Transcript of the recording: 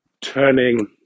turning